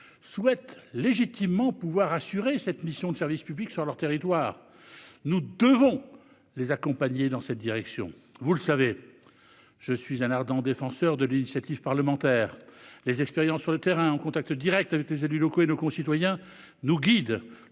souhaitent légitimement pouvoir assurer cette mission de service public sur leurs territoires. Nous devons les accompagner dans cette démarche. Vous le savez, mes chers collègues, je suis un ardent défenseur de l'initiative parlementaire. Les expériences sur le terrain, en contact direct avec les élus locaux et nos concitoyens, nous conduisent